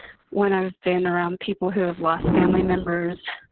when i've been around people who have lost family members,